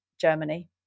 Germany